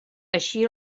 així